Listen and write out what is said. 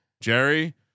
Jerry